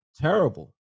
terrible